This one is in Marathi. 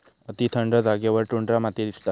अती थंड जागेवर टुंड्रा माती दिसता